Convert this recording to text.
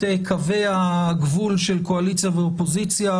קווי הגבול של קואליציה ואופוזיציה,